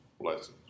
blessings